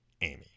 Amy